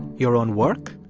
your own work?